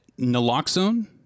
naloxone